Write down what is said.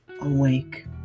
awake